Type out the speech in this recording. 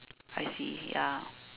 I see ya